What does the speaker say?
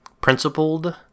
principled